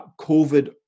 COVID